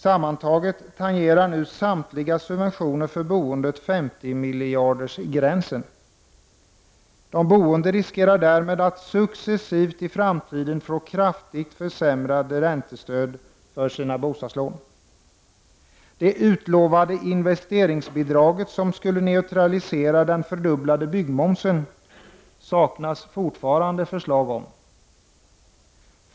Sammantaget tangerar nu samtliga subventioner för boendet 50-miljardersgränsen. De boende riskerar därmed att i framtiden successivt få kraftigt försämrade räntestöd för sina bostadslån. Det utlovade investeringsbidraget, som skulle neutralisera den fördubblade byggmomsen, saknas det fortfarande förslag om.